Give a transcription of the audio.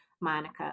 Monica